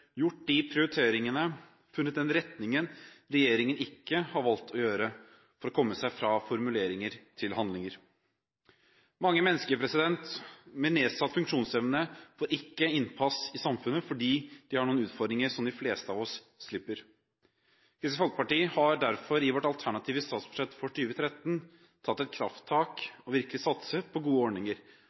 gjort de prioriteringene og funnet den retningen som må til for å komme seg fra formuleringer til handlinger – noe regjeringen ikke har valgt å gjøre. Mange mennesker med nedsatt funksjonsevne får ikke innpass i samfunnet fordi de har noen utfordringer som de fleste av oss slipper. Kristelig Folkeparti har derfor i sitt alternative statsbudsjett for 2013 tatt et krafttak og virkelig satset på gode ordninger